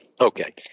Okay